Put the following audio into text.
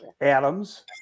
Adams